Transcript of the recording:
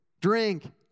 drink